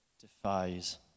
defies